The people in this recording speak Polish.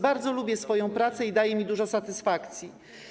Bardzo lubię swoją pracę i daje mi ona dużo satysfakcji.